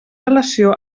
relació